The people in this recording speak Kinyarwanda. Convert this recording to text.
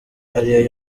ariyo